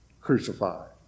Crucified